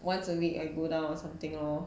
once a week I go down or something lor